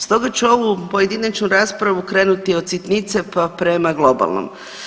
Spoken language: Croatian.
Stoga ću ovu pojedinačnu raspravu krenuti od sitnice, pa prema globalnom.